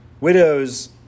Widows